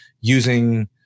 using